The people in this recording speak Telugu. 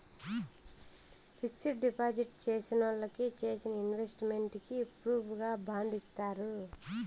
ఫిక్సడ్ డిపాజిట్ చేసినోళ్ళకి చేసిన ఇన్వెస్ట్ మెంట్ కి ప్రూఫుగా బాండ్ ఇత్తారు